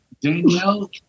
Danielle